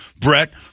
Brett